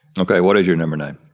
okay, what is your number nine?